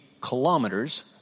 kilometers